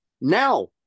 Now